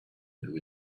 who